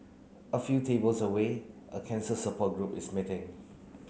a few tables away a cancer support group is meeting